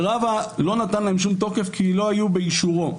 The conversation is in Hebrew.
ורבא לא נתן להן שום תוקף כי לא היו באישורו.